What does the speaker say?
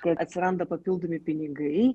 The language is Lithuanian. kai atsiranda papildomi pinigai